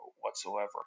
whatsoever